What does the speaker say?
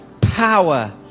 power